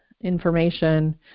information